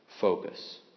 focus